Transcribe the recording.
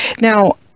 Now